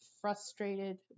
frustrated